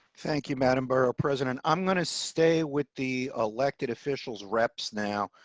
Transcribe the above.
thank you madam borough president. i'm going to stay with the elected officials reps. now,